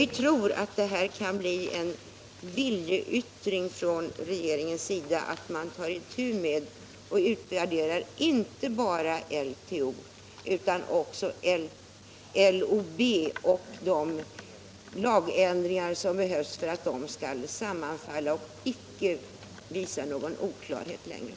Vi tror att detta kan bli en viljeyttring som leder till att man tar itu med den här saken och utvärderar inte bara LTO utan också LOB och gör de lagändringar som behövs för att dessa båda lagar skall sammanfalla och icke visar någon oklarhet längre.